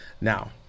Now